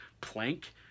plank